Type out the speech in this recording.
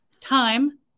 Time